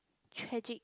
tragic